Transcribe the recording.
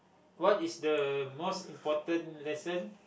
what is the most important lesson